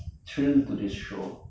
thrill tod this show